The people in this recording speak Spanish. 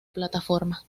plataforma